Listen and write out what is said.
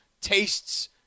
tastes